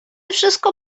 wszystko